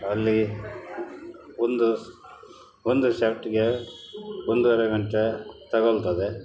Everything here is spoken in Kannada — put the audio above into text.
ಅಲ್ಲಿ ಒಂದು ಒಂದು ಶರ್ಟಿಗೆ ಒಂದೂವರೆ ಗಂಟೆ ತಗಲ್ತದೆ